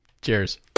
Cheers